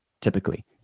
typically